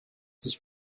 sich